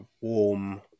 warm